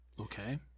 Okay